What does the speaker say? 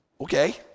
okay